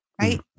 right